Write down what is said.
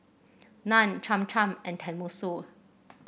Naan Cham Cham and Tenmusu